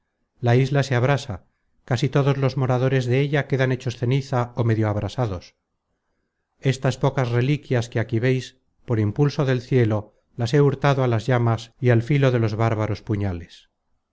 la isla se abrasa casi todos los moradores de ella quedan hechos ceniza ó medio abrasados estas pocas reliquias que aquí veis por impulso del cielo las he hurtado á las llamas y al filo de los bárbaros puñales